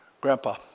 grandpa